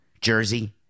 jersey